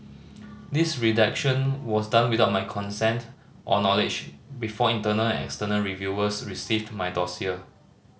this redaction was done without my consent or knowledge before internal and external reviewers received my dossier